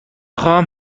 خواهم